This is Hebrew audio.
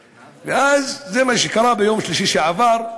ואז, מה שקרה ביום שלישי שעבר,